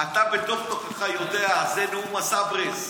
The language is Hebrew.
אתה בתוך-תוכך יודע, זה נאום הסברס.